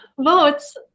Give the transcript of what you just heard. votes